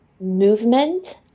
movement